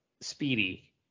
Speedy